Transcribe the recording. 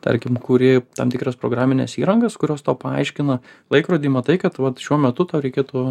tarkim kuri tam tikras programines įrangas kurios tau paaiškina laikrody matai kad vat šiuo metu tau reikėtų